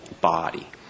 body